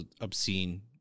obscene